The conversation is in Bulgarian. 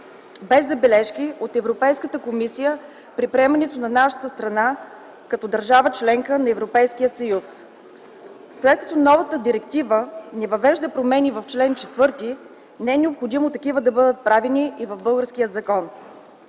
без забележки от Европейската комисия при приемането на нашата страна като държава – членка на Европейския съюз. След като новата директива не въвежда промени в чл. 4, не е необходимо такива да бъдат правени и в българския закон.